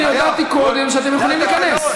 אני הודעתי קודם שאתם יכולים להיכנס.